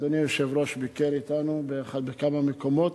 אדוני היושב-ראש ביקר אתנו בכמה מקומות,